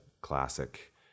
classic